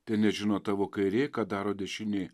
tenežino tavo kairė ką daro dešinė